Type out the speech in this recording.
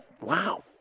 Wow